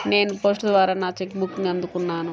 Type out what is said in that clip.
నేను పోస్ట్ ద్వారా నా చెక్ బుక్ని అందుకున్నాను